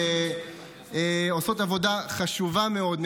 ועושות עבודה חשובה מאוד,